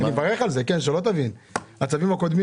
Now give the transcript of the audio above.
אפשר לדעת מה השתנה לעומת הצווים הקודמים?